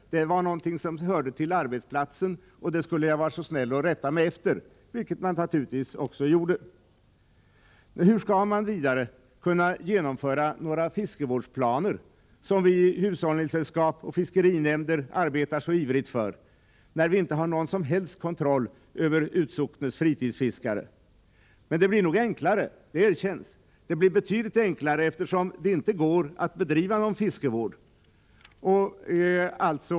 Fisket var något som hörde till arbetsplatsen, och det skulle jag vara så snäll och rätta mig efter — vilket jag naturligtvis också gjorde. Hur skall man vidare kunna genomföra några fiskevårdsplaner, som vi i hushållningssällskap och fiskerinämnder arbetar så ivrigt för, när vi inte har någon som helst kontroll över utsocknes fritidsfiskare? Att det blir betydligt enklare erkänns, eftersom det inte går att bedriva någon fiskevård.